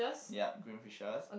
yup green fishes